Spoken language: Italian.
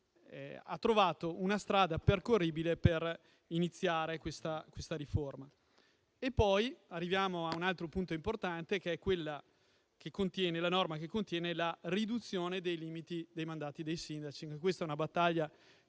hanno trovato una strada percorribile per iniziare questa riforma. Arriviamo poi a un altro punto importante: la norma che contiene la riduzione dei limiti dei mandati dei sindaci. Anche questa è una battaglia